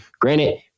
Granted